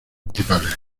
principales